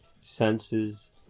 senses